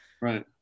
right